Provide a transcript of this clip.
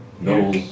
No